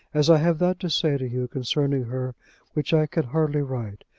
as i have that to say to you concerning her which i can hardly write,